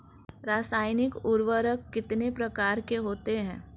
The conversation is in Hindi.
रासायनिक उर्वरक कितने प्रकार के होते हैं?